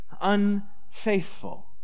unfaithful